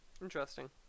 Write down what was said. Interesting